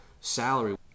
salary